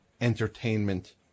entertainment